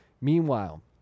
Meanwhile